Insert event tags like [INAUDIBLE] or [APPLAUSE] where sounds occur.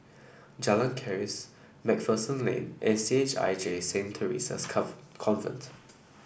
Jalan Keris MacPherson Lane and C H I J Saint Theresa's [UNINTELLIGIBLE] Convent